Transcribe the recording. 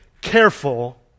careful